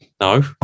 No